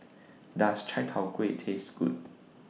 Does Chai Tow Kuay Taste Good